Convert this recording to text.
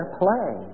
play